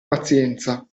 pazienza